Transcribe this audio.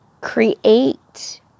create